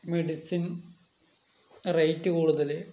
medicine rate കൂടുതല്